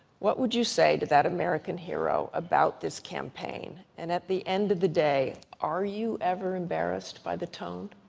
what would you say to that american hero about this campaign? and at the end of the day, are you ever embarrassed by the tone?